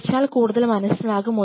വരച്ചാൽ കൂടുതൽ മനസിലാകും